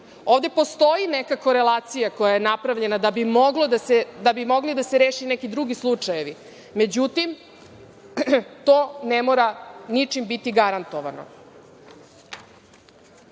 postoji neka korelacija koja je napravljena da bi mogli da se reše neki drugi slučajevi. Međutim, to ne mora ničim biti garantovano.U